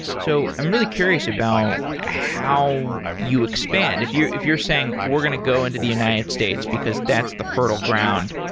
so i'm really curious about how you expand. if you're if you're saying, we're going to go into the united states because that's the fertile ground,